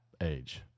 age